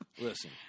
Listen